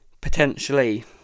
Potentially